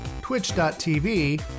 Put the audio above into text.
twitch.tv